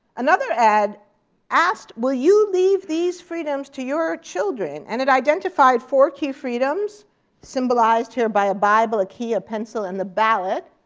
another ad asked, will you leave these freedoms to your children? and it identified four key freedoms symbolized here by a bible, a key, a pencil, and the ballot.